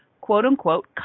quote-unquote